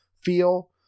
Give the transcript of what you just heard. feel